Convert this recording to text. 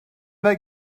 they